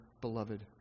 beloved